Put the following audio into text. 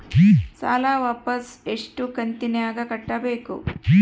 ಸಾಲ ವಾಪಸ್ ಎಷ್ಟು ಕಂತಿನ್ಯಾಗ ಕಟ್ಟಬೇಕು?